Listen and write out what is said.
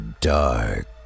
dark